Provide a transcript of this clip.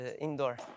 Indoor